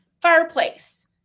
fireplace